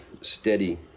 steady